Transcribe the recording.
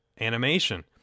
animation